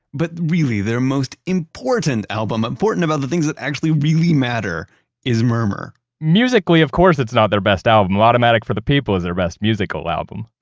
but really their most important album important of other things that actually really matter is murmur musically. of course, it's not their best album, automatic for the people is their best musical album.